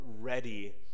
ready